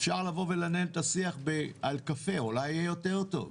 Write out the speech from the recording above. אפשר לנהל את השיח על קפה, אולי יהיה יותר טוב.